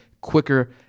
quicker